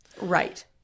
Right